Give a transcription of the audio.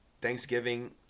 Thanksgiving